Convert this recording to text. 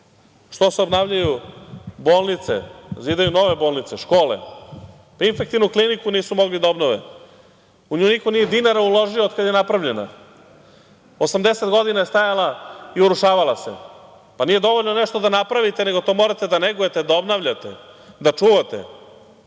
Što se obnavljaju bolnice, zidaju nove bolnice, škole? Infektivnu kliniku nisu mogli da obnove. Niko dinara nije uložio od kada je napravljena. Stajala je 80 godina i urušavala se. Nije dovoljno nešto da napravite, nego to morate da negujete, da obnavljate, da čuvate.